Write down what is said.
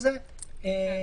אוקיי.